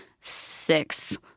six